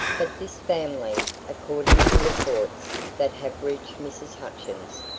but this family, according to reports that have reached mrs. hutchins,